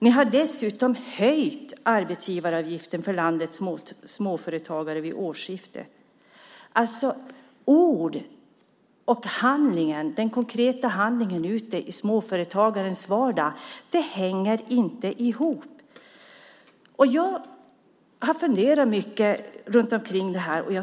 Ni har dessutom höjt arbetsgivaravgiften för landets småföretagare från årsskiftet. Orden och den konkreta handlingen ute i småföretagarens vardag hänger inte ihop. Jag har funderat mycket på detta.